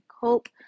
cope